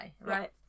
right